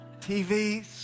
TVs